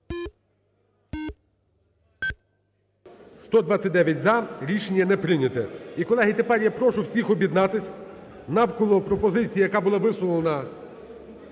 За-129 Рішення не прийнято. І, колеги, тепер я прошу всіх об'єднатися навколо пропозиції, яка була висловлена